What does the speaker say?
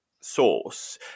source